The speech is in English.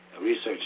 research